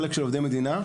חלק של עובדי מדינה,